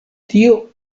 tio